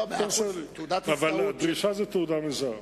אבל הדרישה היא תעודה מזהה.